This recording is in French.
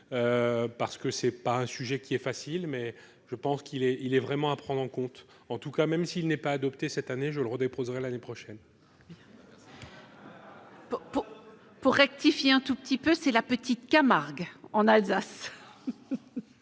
parce que c'est pas un sujet qui est facile, mais je pense qu'il est, il est vraiment à prendre en compte, en tout cas, même s'il n'est pas adopté cette année, je le redéposera l'année prochaine. Pour rectifier un tout petit peu, c'est la petite Camargue en Alsace.